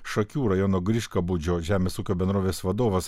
šakių rajono griškabūdžio žemės ūkio bendrovės vadovas